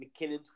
McKinnon